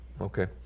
Okay